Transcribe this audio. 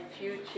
future